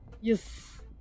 Yes